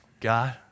God